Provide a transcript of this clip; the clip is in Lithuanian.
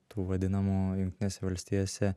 tų vadinamų jungtinėse valstijose